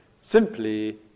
simply